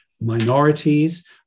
minorities